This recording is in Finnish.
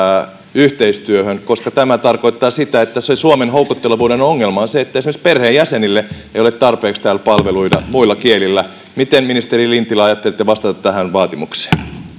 yhteistyöhön koska tämä tarkoittaa sitä että se suomen houkuttelevuuden ongelma on se että esimerkiksi perheenjäsenille ei ole tarpeeksi täällä palveluita muilla kielillä miten ministeri lintilä ajattelitte vastata tähän vaatimukseen